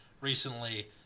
recently